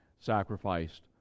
sacrificed